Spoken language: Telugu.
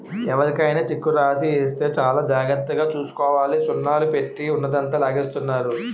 ఎవరికైనా చెక్కు రాసి ఇస్తే చాలా జాగ్రత్తగా చూసుకోవాలి సున్నాలు పెట్టి ఉన్నదంతా లాగేస్తున్నారు